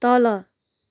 तल